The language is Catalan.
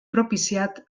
propiciat